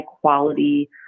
quality